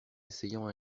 essayant